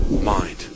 mind